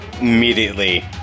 immediately